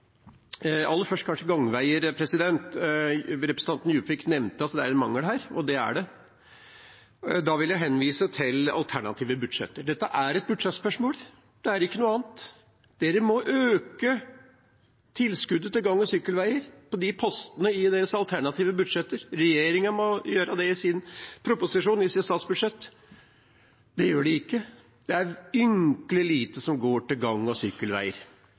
aller først kanskje gangveier: Representanten Juvik nevnte at det er en mangel her, og det er det. Da vil jeg henvise til alternative budsjetter. Dette er et budsjettspørsmål – det er ikke noe annet. Alle må øke tilskuddet til gang- og sykkelveier på disse postene i sine alternative budsjetter. Regjeringen må gjøre det i sin proposisjon, i sitt statsbudsjett. Det gjør de ikke. Det er ynkelig lite som går til gang- og sykkelveier.